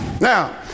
Now